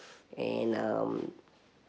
and um